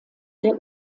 der